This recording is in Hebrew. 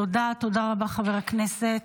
תודה רבה, חבר הכנסת.